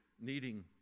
needing